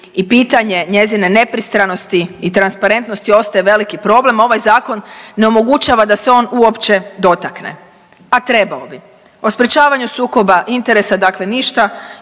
i pitanje njezine nepristranosti i transparentnosti ostaje veliki problem, a ovaj zakon ne omogućava da se on uopće dotakne, a trebao bi. O sprječavanju sukoba interesa dakle ništa